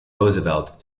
roosevelt